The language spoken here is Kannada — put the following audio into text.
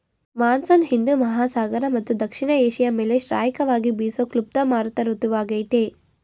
ಮಾನ್ಸೂನ್ ಹಿಂದೂ ಮಹಾಸಾಗರ ಮತ್ತು ದಕ್ಷಿಣ ಏಷ್ಯ ಮೇಲೆ ಶ್ರಾಯಿಕವಾಗಿ ಬೀಸೋ ಕ್ಲುಪ್ತ ಮಾರುತ ಋತುವಾಗಯ್ತೆ